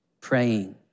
praying